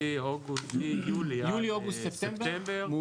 מיולי עד ספטמבר.